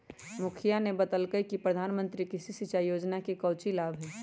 मुखिवा ने बतल कई कि प्रधानमंत्री कृषि सिंचाई योजना के काउची लाभ हई?